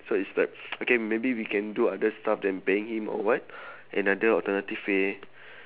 so is like okay maybe we can do other stuff than paying him or what another alternative way